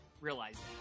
realizing